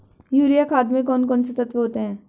Urea खाद में कौन कौन से तत्व होते हैं?